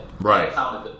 Right